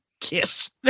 kiss